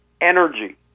energy